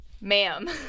ma'am